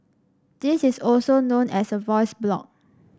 this is also known as a voice blog